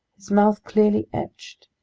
his mouth clearly etched,